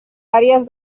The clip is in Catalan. àrees